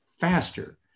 faster